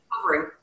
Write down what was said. covering